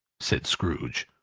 said scrooge.